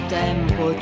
tempo